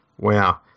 wow